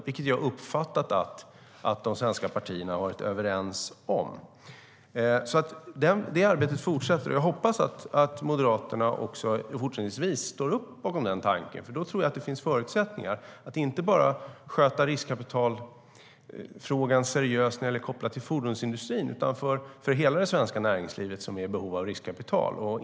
Det har jag uppfattat att de svenska partierna har varit överens om. Det arbetet fortsätter alltså, och jag hoppas att Moderaterna också fortsättningsvis står bakom den tanken. Då tror jag nämligen att det finns förutsättningar att sköta riskkapitalfrågan seriöst, inte bara kopplat till fordonsindustrin utan till hela det svenska näringslivet, som är i behov av riskkapital.